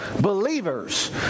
believers